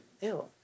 Ew